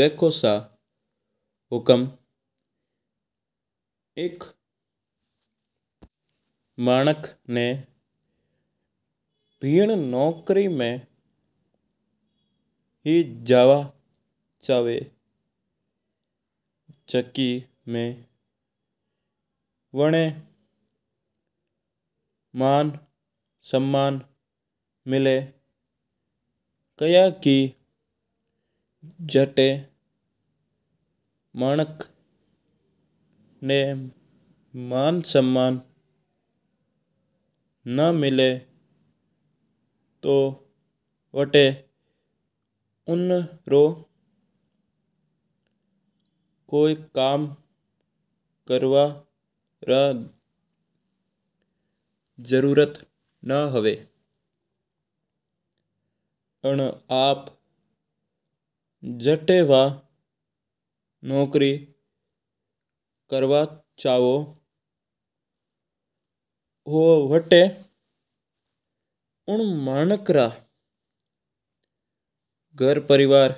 देखो सा हुकम एक माणक ना पिन्न नकोरी मई ई जाव चवा। चाकी मैं वणा मन्न समान मिला खाईकी झाटा माणक ना मन्न सम्मान ना मिला। तो बता उन्न रो कोई कम्म करना रो जरुरत ना हुआ आनो आप झटा नौकरी करवाँ चाहो वो वथा उन्न माणक रा घरर प्रिवर